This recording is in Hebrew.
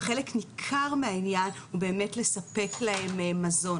וחלק ניכר מהעניין הוא באמת לספק להם מזון.